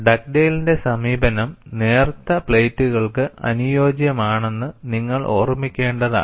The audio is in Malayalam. ഡഗ്ഡെയ്ലിന്റെ സമീപനം നേർത്ത പ്ലേറ്റുകൾക്ക് അനുയോജ്യമാണെന്ന് നിങ്ങൾ ഓർമ്മിക്കേണ്ടതാണ്